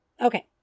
Okay